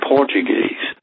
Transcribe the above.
Portuguese